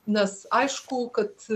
nes aišku kad